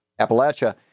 Appalachia